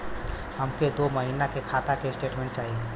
हमके दो महीना के खाता के स्टेटमेंट चाही?